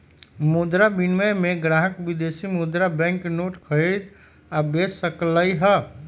मुद्रा विनिमय में ग्राहक विदेशी मुद्रा बैंक नोट खरीद आ बेच सकलई ह